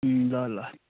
ल ल